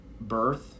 birth